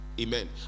Amen